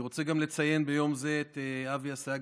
אני רוצה גם לציין ביום זה את אבי אסייג,